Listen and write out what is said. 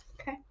Okay